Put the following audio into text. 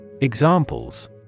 Examples